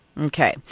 Okay